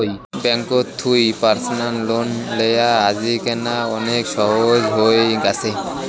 ব্যাঙ্ককোত থুই personal loan লেয়া আজিকেনা অনেক সহজ হই গ্যাছে